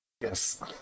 Yes